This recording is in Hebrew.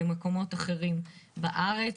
במקומות אחרים בארץ.